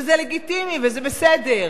וזה לגיטימי וזה בסדר,